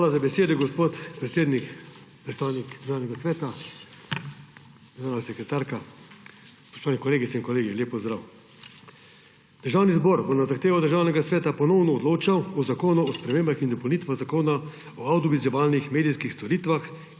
Hvala za besedo, gospod predsednik. Predstavnik Državnega sveta, državna sekretarka, spoštovani kolegice in kolegi, lep pozdrav! Državni zbor bo na zahtevo Državnega sveta ponovno odločal o Zakonu o spremembah in dopolnitvah Zakona o avdiovizualnih medijskih storitvah,